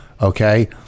okay